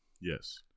Yes